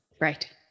Right